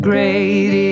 Great